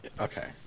Okay